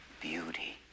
beauty